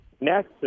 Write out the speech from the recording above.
next